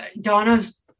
donna's